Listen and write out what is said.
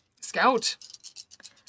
scout